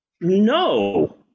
no